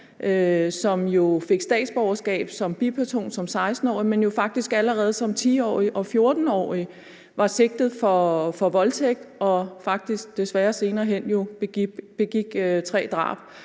som fik statsborgerskab som 16-årig som biperson, men faktisk allerede som 10-årig og 14-årig var sigtet for voldtægt og desværre senere hen begik tre drab